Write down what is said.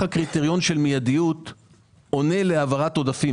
הקריטריון של מידיות עונה להעברת עודפים,